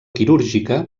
quirúrgica